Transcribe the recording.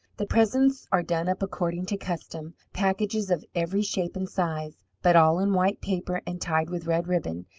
the presents are done up according to custom, packages of every shape and size, but all in white paper and tied with red ribbon,